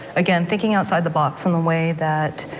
again thinking outside the box and the way that